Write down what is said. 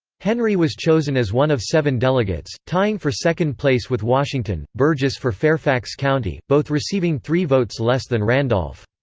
henry was chosen as one of seven delegates, tying for second place with washington, burgess for fairfax county, both receiving three votes less than randolph.